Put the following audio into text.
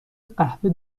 قهوه